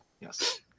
Yes